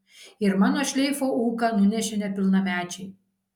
ir mano šleifo ūką nunešė nepilnamečiai